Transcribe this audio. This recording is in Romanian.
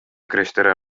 creșterea